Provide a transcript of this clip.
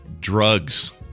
Drugs